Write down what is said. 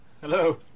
hello